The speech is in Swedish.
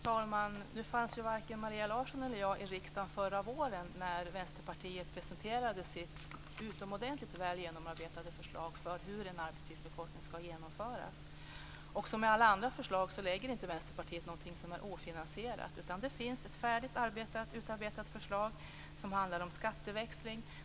Herr talman! Varken Maria Larsson eller jag fanns i riksdagen förra våren när Vänsterpartiet presenterade sitt utomordentligt väl genomarbetade förslag om hur en arbetstidsförkortning skall genomföras. Liksom vad som gäller för alla andra förslag lägger inte Vänsterpartiet fram något förslag som är ofinansierat. Det finns ett färdigt utarbetat förslag. Det handlar om skatteväxling.